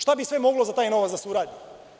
Šta bi sve moglo za taj novac da se uradi?